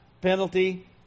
penalty